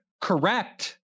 correct